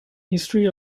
history